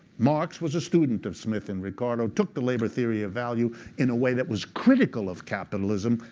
marx was a student of smith and ricardo, took the labor theory of value in a way that was critical of capitalism.